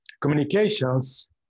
communications